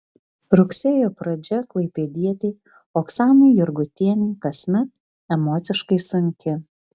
rugsėjo pradžia klaipėdietei oksanai jurgutienei kasmet emociškai sunki